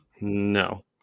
no